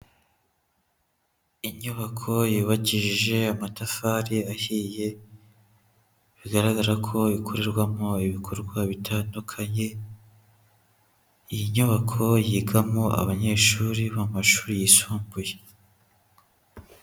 Inyubako yubakishije amatafari ahiye, bigaragara ko ikorerwamo ibikorwa bitandukanye, iyi nyubako yigamo abanyeshuri bo mu mashuri yisumbuye.